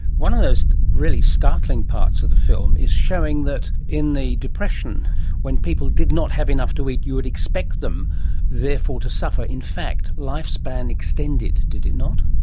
one of the most really startling parts of the film is showing that in the depression when people did not have enough to eat you would expect them therefore to suffer, but in fact lifespan extended, did it not?